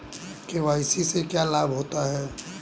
KYC से क्या लाभ होता है?